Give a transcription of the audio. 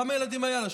כמה ילדים היו לה?